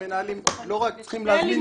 המנהלים לא רק צריכים להזמין משטרה ולטפל בהם.